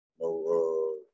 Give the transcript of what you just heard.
No